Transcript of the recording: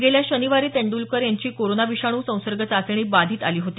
गेल्या शनिवारी तेंइलकर यांची कोरोना विषाणू संसर्ग चाचणी बाधित आली होती